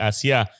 Asia